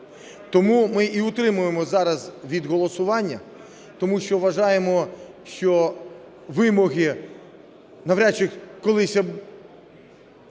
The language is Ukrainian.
Тому ми і утримуємося зараз від голосування, тому що вважаємо, що вимоги... Навряд чи колись я